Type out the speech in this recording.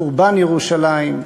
חורבן ירושלים,